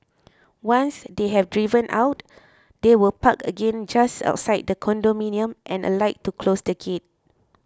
once they have driven out they will park again just outside the condominium and alight to close the key